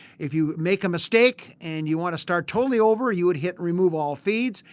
if you make a mistake and you want to start totally over you would hit remove all feeds.